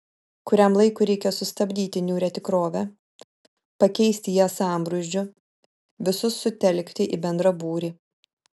kuriam laikui reikia sustabdyti niūrią tikrovę pakeisti ją sambrūzdžiu visus sutelkti į bendrą būrį